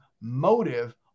motive